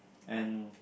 and